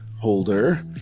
holder